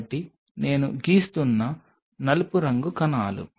కాబట్టి నేను గీస్తున్న నలుపు రంగు కణాలు